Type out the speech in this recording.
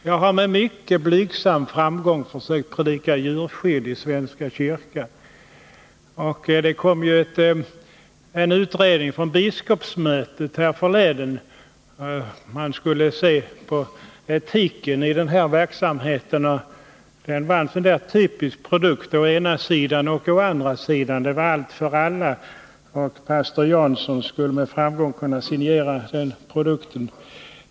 Jag har med mycket blygsam framgång försökt predika djurskydd i svenska kyrkan. Det kom ju en utredning från biskopsmötet härförleden. Utredningen skulle se på etiken i denna verksamhet. Utredningens betänkande var en typisk produkt av slaget ”å ena sidan och å andra sidan” — det var allt för alla. Pastor Jansson skulle med framgång kunna signera den produkten.